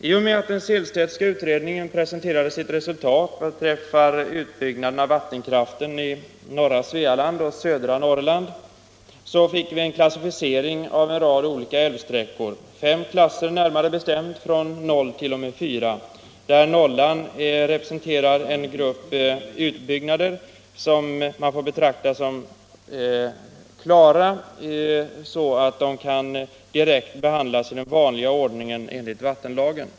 I och med att den Sehlstedtska utredningen presenterade sitt resultat vad beträffar utbyggnaden av vattenkraften i norra Svealand och södra Norrland fick vi en klassificering av en rad olika älvsträckor, fem klasser närmare bestämt, från 0 t. 0. m. 4. Nollan representerar en grupp utbyggnader som man får betrakta som klara, så att de kan behandlas direkt i den vanliga ordningen enligt vattenlagen.